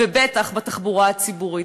ובטח בתחבורה הציבורית.